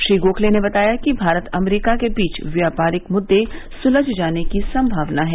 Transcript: श्री गोखले ने बताया कि भारत अमरीका के बीच व्यापारिक मुद्दे सुलझ जाने की सम्मावना है